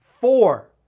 four